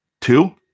Two